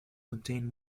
contain